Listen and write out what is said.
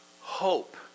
Hope